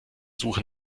suche